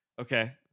Okay